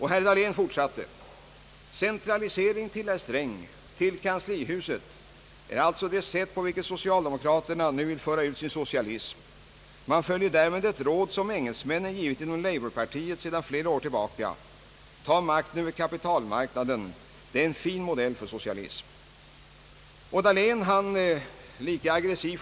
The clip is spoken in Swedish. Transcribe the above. Herr Dahlén fortsatte: >Centralisering till herr Sträng, till kanslihuset, är alltså det sätt på vilket socialdemokraterna nu vill föra ut sin socialism. Man följer därmed ett råd som engelsmännen givit inom labourpartiet sedan flera år tillbaka: Ta makten över kapitalmarknaden, det är en fin modell för socialism.> Herr Dahlén är fortfarande lika aggressiv.